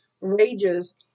rages